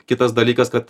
kitas dalykas kad